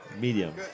Medium